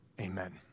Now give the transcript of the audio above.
Amen